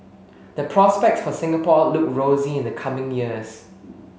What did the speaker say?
the prospects for Singapore look rosy in the coming years